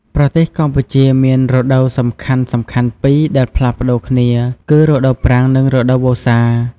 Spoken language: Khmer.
ប្រទេសកម្ពុជាមានរដូវសំខាន់ៗពីរដែលផ្លាស់ប្ដូរគ្នាគឺ រដូវប្រាំង និង រដូវវស្សា។